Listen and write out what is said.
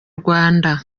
rwanda